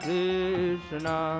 Krishna